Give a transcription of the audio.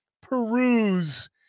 peruse